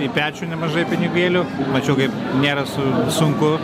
į pečių nemažai pinigėlių mačiau kaip nėra su sunku